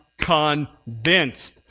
convinced